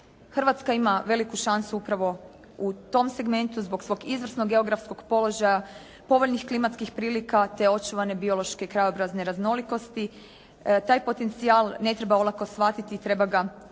Hrvatska ima veliku šansu upravo u tom segmentu zbog svog izvrsnog geografskog položaja, povoljnih klimatskih prilika te očuvane biološke krajobrazne raznolikosti. Taj potencijal ne treba olako shvatiti, treba ga iskoristiti